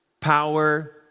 Power